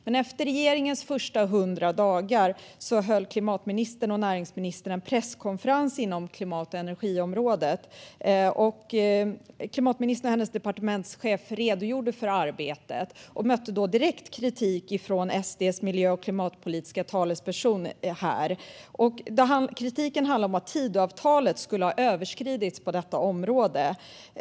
Men efter regeringens första 100 dagar höll klimatministern och näringsministern en presskonferens inom klimat och energiområdet där klimatministern och hennes departementschef redogjorde för arbetet. De mötte då direkt kritik från SD:s miljö och klimatpolitiska talesperson här. Kritiken handlade om att Tidöavtalet skulle ha överskridits på detta område.